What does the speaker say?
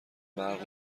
برق